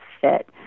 fit